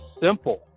simple